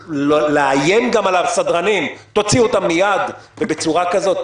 לאיים גם על הסדרנים: תוציאו אותם מייד ובצורה כזאת.